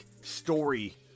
story